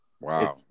Wow